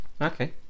Okay